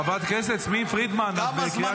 חברת הכנסת יסמין פרידמן, את בקריאה שנייה.